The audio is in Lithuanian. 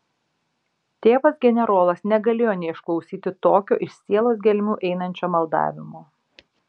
tėvas generolas negalėjo neišklausyti tokio iš sielos gelmių einančio maldavimo